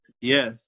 Yes